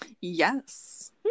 Yes